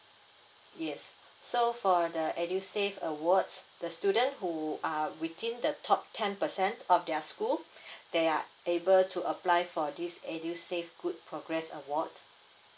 yes so for the edusave awards the student who are within the top ten percent of their school they are able to apply for this edusave good progress award